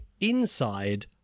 inside